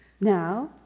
Now